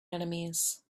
enemies